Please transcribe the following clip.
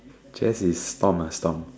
Chas is storm ah storm